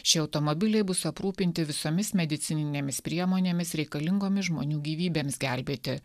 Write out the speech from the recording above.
šie automobiliai bus aprūpinti visomis medicininėmis priemonėmis reikalingomis žmonių gyvybėms gelbėti